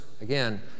again